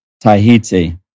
Tahiti